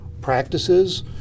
practices